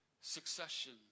succession